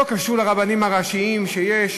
לא קשור לרבנים הראשיים שיש,